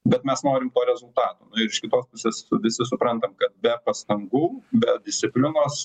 bet mes norim to rezultatų nu ir iš kitos pusės visi suprantam kad be pastangų be disciplinos